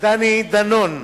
דני דנון.